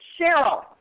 Cheryl